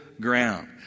ground